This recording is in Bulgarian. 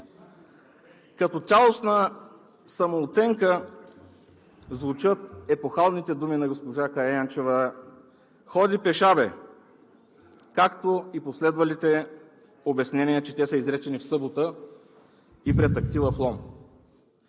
Като цялостна самооценка звучат епохалните думи на госпожа Караянчева: „Ходи пеша, бе!“, както и последвалите обяснения, че те са изречени в събота и пред актива в Лом.